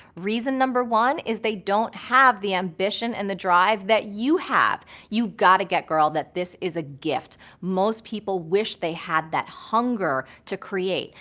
reason number one is they don't have the ambition and the drive that you have. you've gotta get, girl, that this is a gift. most people wish they had that hunger to create.